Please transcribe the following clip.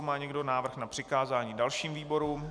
Má někdo návrh na přikázání dalším výborům?